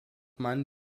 man